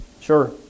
Sure